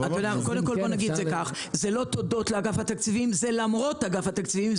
בוא נגיד את זה כך: זה לא תודות לאגף התקציב אלא למרות אגף התקציבים.